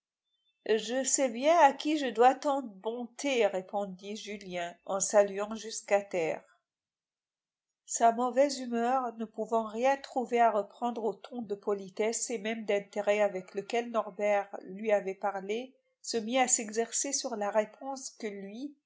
je sais bien à qui je dois tant de bontés répondit julien en saluant jusqu'à terre sa mauvaise humeur ne pouvant rien trouver à reprendre au ton de politesse et même d'intérêt avec lequel norbert lui avait parlé se mit à s'exercer sur la réponse que lui